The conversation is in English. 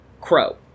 crow